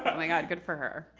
but my god, good for her.